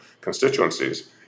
constituencies